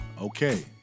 Okay